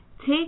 Take